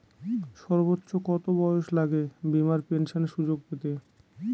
সর্বোচ্চ কত বয়স লাগে বীমার পেনশন সুযোগ পেতে?